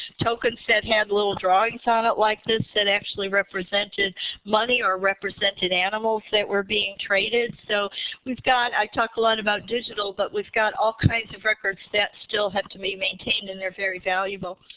tokens that had little drawings on it like this that actually represented money or represented animals that were being traded. so we've got i talked a lot about digital, but we've got all kinds of records that still have to be maintained and they're very valuable.